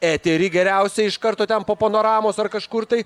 eterį geriausią iš karto ten po panoramos ar kažkur tai